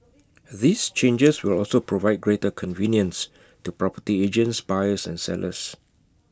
these changes will also provide greater convenience to property agents buyers and sellers